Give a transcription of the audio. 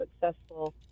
successful